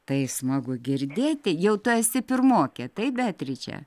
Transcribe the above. tai smagu girdėti jau tu esi pirmokė taip beatriče